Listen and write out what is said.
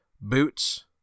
boots